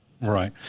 Right